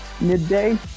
midday